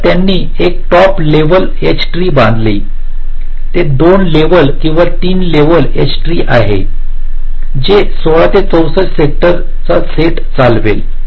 तर त्यांनी एक टॉप लेवल एच ट्री बांधली ते 2 लेवल किंवा 3 लेवल एच ट्री आहे जे 16 ते 64 सेक्टर बफरचा सेट चालवेल